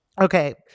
Okay